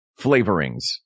flavorings